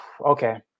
okay